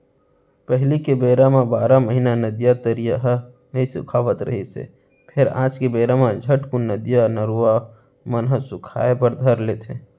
पहिली के बेरा म बारह महिना नदिया, तरिया ह नइ सुखावत रिहिस हे फेर आज के बेरा म झटकून नदिया, नरूवा मन ह सुखाय बर धर लेथे